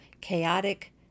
chaotic